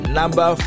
number